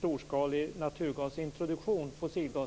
storskalig fossilgasintroduktion i Sverige.